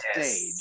stage